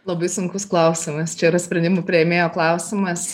labai sunkus klausimas čia yra sprendimų priėmėjo klausimas